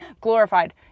glorified